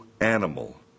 animal